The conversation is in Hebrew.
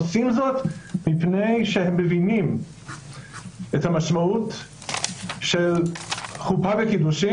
עושים זאת מפני שהם מבינים את המשמעות של חופה וקידושין,